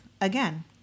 Again